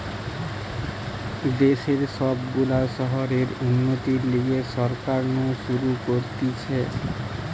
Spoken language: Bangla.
দেশের সব গুলা শহরের উন্নতির লিগে সরকার নু শুরু করতিছে